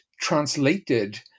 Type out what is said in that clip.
translated